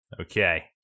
Okay